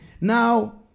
Now